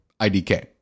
IDK